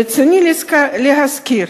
ברצוני להזכיר,